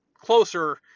closer